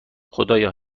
خدایا